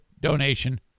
donation